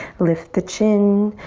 lift the chin,